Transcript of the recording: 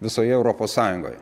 visoje europos sąjungoje